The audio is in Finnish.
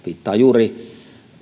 viittaan juuri